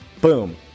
boom